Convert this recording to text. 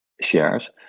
shares